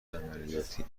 عملیاتی